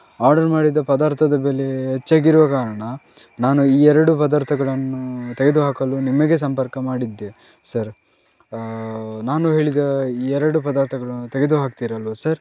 order ಮಾಡಿದ ಪದಾರ್ಥದ ಬೆಲೆ ಹೆಚ್ಚಾಗಿರುವ ಕಾರಣ ನಾನು ಈ ಎರಡು ಪದಾರ್ಥಗಳನ್ನು ತೆಗೆದು ಹಾಕಲು ನಿಮಗೆ ಸಂಪರ್ಕ ಮಾಡಿದ್ದೆ ಸರ್ ನಾನು ಹೇಳಿದ ಈ ಎರಡು ಪದಾರ್ಥಗಳನ್ನು ತೆಗೆದು ಹಾಕ್ತೀರಲ್ವಾ ಸರ್